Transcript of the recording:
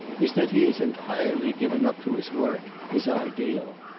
is that he is entirely given up to his work, his ideal.